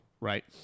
right